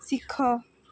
ଶିଖ